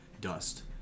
dust